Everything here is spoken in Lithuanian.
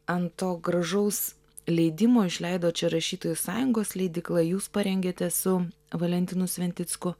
ant to gražaus leidimo išleido čia rašytojų sąjungos leidykla jūs parengėte su valentinu sventicku